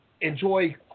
enjoy